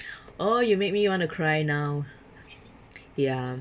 oh you make me want to cry now ya